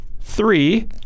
Three